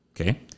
Okay